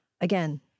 again